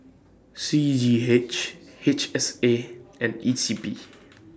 C G H H S A and E C P